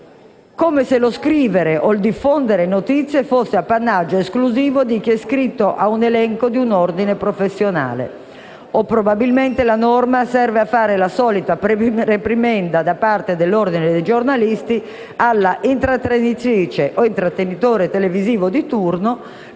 come se lo scrivere o il diffondere notizie fosse appannaggio esclusivo di chi è iscritto a un elenco di un ordine professionale. Probabilmente la norma serve a fare la solita reprimenda da parte dell'Ordine dei giornalisti alla intrattenitrice o intrattenitore televisivo di turno